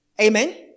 Amen